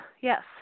Yes